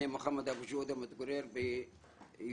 אני מוחמד אבו ג'ודה, מתגורר ביישוב